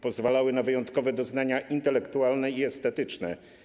Pozwalały na wyjątkowe doznania intelektualne i estetyczne.